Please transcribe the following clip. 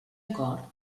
acord